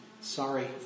Sorry